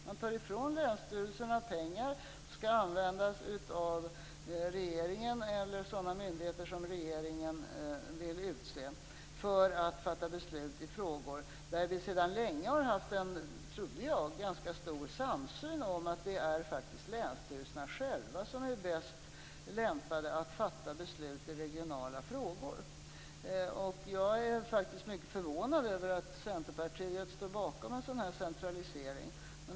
Man tar ifrån länsstyrelserna pengar som skall användas av regeringen eller sådana myndigheter som regeringen vill utse för att fatta beslut i frågor där vi sedan länge har haft, trodde jag, en ganska stor samsyn. Länsstyrelserna själva är faktiskt bäst lämpade att fatta beslut i regionala frågor. Jag är faktiskt mycket förvånad över att Centerpartiet står bakom en sådan här centralisering.